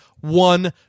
one